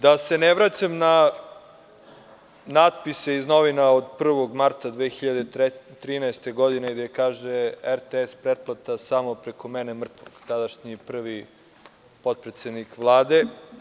Da se ne vraćam na natpise iz novina, od 1. marta 2013. godine, gde kaže: „RTS pretplata samo preko mene mrtvog“, tadašnji prvi potpredsednik Vlade.